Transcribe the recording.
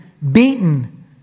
beaten